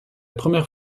première